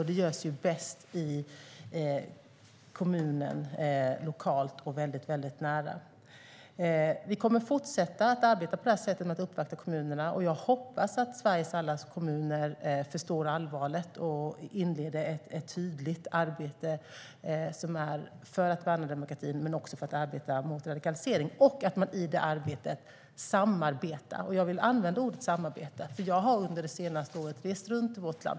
Det görs bäst i kommunen, lokalt och väldigt nära. Vi kommer att fortsätta att arbeta på det sättet med att uppvakta kommunerna. Jag hoppas att Sveriges alla kommuner förstår allvaret och inleder ett tydligt arbete för att värna demokratin men också för att arbeta mot radikalisering och att man i det arbetet samarbetar. Jag vill använda ordet samarbete. Jag har nämligen under det senaste året rest runt i vårt land.